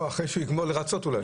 לא, אחרי שיגמור לרצות אולי.